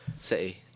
City